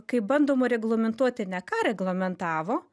kai bandoma reglamentuoti ne ką reglamentavo